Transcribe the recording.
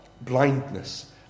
blindness